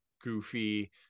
goofy